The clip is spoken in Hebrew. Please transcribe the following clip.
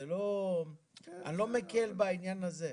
אני לא מקל בעניין הזה.